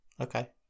Okay